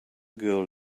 girl